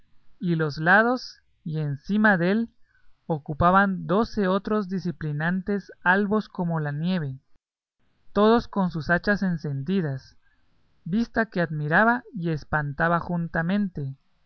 y los lados y encima dél ocupaban doce otros diciplinantes albos como la nieve todos con sus hachas encendidas vista que admiraba y espantaba juntamente